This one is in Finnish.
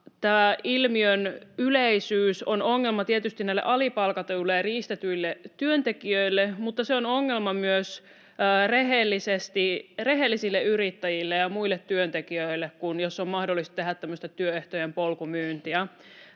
Tämä ilmiön yleisyys on ongelma tietysti näille alipalkatuille ja riistetyille työntekijöille, mutta se on ongelma myös rehellisille yrittäjille ja muille työntekijöille, jos on mahdollista tehdä tämmöistä työehtojen polkumyyntiä.